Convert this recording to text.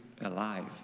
alive